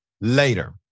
later